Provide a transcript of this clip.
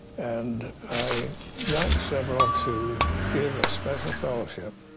and i got several to give a special fellowship